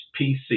pc